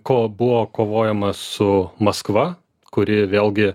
ko buvo kovojama su maskva kuri vėlgi